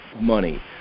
money